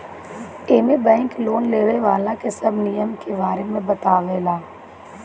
एमे bank loan लेवे वाला के सब नियम के बारे में बतावे ला